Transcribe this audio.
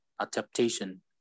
adaptation